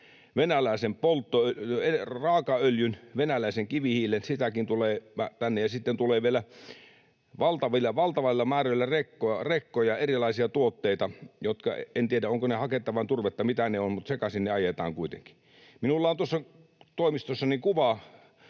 venäläisen raakaöljyn ja venäläisen kivihiilen — sitäkin tulee tänne — tulo. Ja sitten tulee vielä valtavilla määrillä rekkoja erilaisia tuotteita — en tiedä, ovatko ne haketta vai turvetta vai mitä ne ovat, mutta sekaisin ne ajetaan kuitenkin. Minulla on tuossa toimistossani kuva